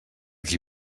qui